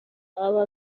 aba